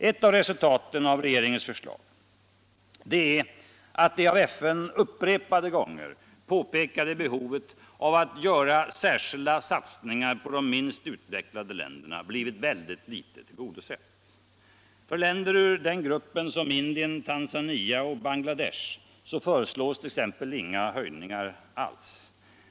Ett av resultaten av regeringens förslag är att det av FN upprepade gånger påpekade behovet av att göra särskilda satsningar på de minst utvecklade u-länderna blivit mycket litet tillgodosett. För länder ur den gruppen, som Indien, Tanzania och Bangladesh, föreslås 1. ex. inga höjningar alls.